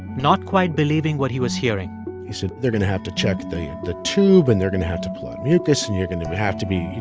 not quite believing what he was hearing he said, they're going to have to check the tube. and they're going to have to pull out mucus. and you're going to to have to be you